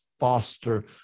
foster